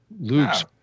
Luke's